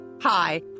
Hi